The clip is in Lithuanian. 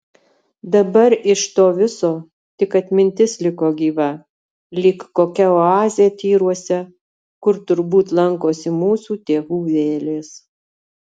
dabar iš to viso tik atmintis liko gyva lyg kokia oazė tyruose kur turbūt lankosi mūsų tėvų vėlės